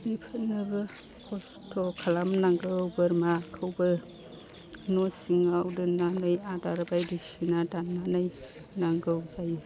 बेफोरनोबो खस्त' खालामनांगौ बोरमाखौबो न' सिङाव दोननानै आदार बायदिसिना दाननानै नांगौ जायो